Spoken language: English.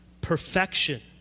perfection